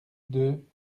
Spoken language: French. deux